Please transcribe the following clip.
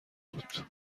بود